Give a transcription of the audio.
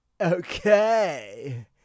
Okay